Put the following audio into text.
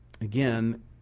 again